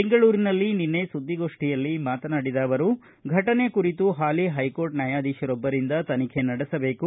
ಬೆಂಗಳೂರಿನಲ್ಲಿ ನಿನ್ನೆ ಸುದ್ದಿಗೋಷ್ಠಿಯಲ್ಲಿ ಮಾತನಾಡಿದ ಅವರು ಫಟನೆ ಕುರಿತು ಹಾಲಿ ಹೈಕೋರ್ಟ್ ನ್ನಾಯಾಧೀಶರೊಬ್ಲರಿಂದ ತನಿಖೆ ನಡೆಸಬೇಕು